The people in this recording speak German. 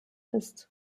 ist